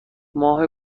ماه